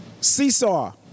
Seesaw